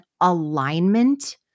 alignment